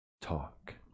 talk